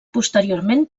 posteriorment